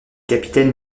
capitaine